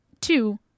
Two